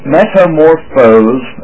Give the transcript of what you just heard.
Metamorphose